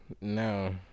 no